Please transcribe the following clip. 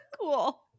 Cool